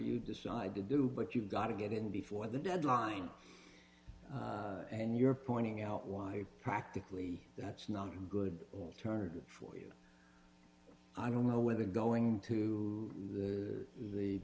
you decide to do but you've got to get in before the deadline and you're pointing out why practically that's not a good alternative for you i don't know whether going to the the